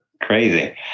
crazy